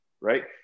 Right